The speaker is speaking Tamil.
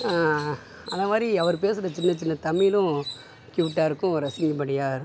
அந்தமாதிரி அவர் பேசுகிற சின்ன சின்ன தமிழும் கியூட்டாக இருக்கும் ரசிக்கும் படியாக இருக்கும்